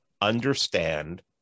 understand